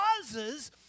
causes